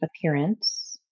appearance